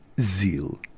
zeal